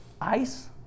ICE